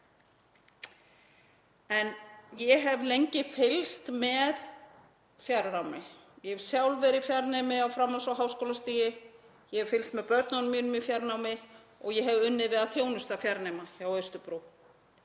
Ég hef lengi fylgst með fjarnámi. Ég hef sjálf verið í fjarnámi á framhalds- og háskólastigi. Ég hef fylgst með börnunum mínum í fjarnámi og ég hef unnið við að þjónusta fjarnema hjá Austurbrú.